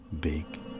big